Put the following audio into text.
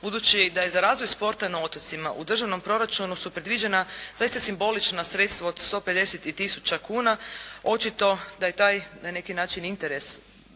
budući da je za razvoj sporta na otocima u državnom proračunu su predviđena zaista simbolična sredstva od 150 tisuća kuna očito da je taj na neki način interes